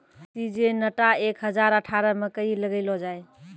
Syngenta एक हजार अठारह मकई लगैलो जाय?